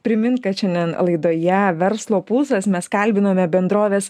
primint kad šiandien laidoje verslo pulsas mes kalbinome bendrovės